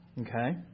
Okay